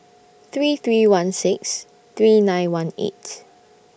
three three one six three nine one eight